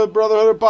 Brotherhood